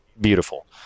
beautiful